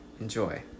Enjoy